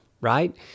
right